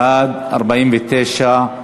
בעד, 49,